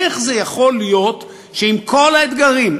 איך זה יכול להיות שעם כל האתגרים,